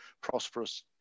prosperous